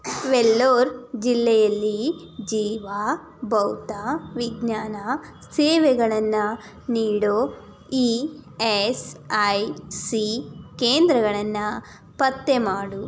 ವೆಲ್ಲೋರ್ ಜಿಲ್ಲೆಯಲ್ಲಿ ಜೀವ ಭೌತ ವಿಜ್ಞಾನ ಸೇವೆಗಳನ್ನು ನೀಡೋ ಇ ಎಸ್ ಐ ಸಿ ಕೇಂದ್ರಗಳನ್ನು ಪತ್ತೆ ಮಾಡು